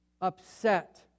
upset